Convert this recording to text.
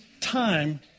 time